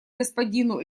господину